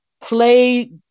Play